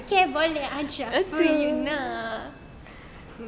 okay boleh aje you nak